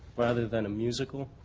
rather than a musical?